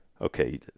okay